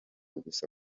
gusa